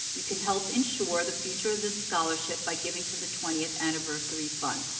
you can help ensure the future of the scholarship by giving to the twentieth anniversary fund.